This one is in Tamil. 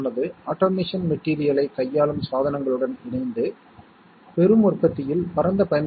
எனவே இந்த லாஜிக் செயல்பாடுகள் எவ்வாறு பிரதிபலிக்கின்றன